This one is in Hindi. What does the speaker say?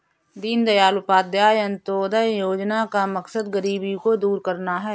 दीनदयाल उपाध्याय अंत्योदय योजना का मकसद गरीबी को दूर करना है